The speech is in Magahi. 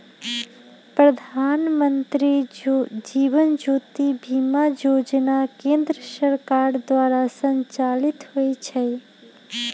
प्रधानमंत्री जीवन ज्योति बीमा जोजना केंद्र सरकार द्वारा संचालित होइ छइ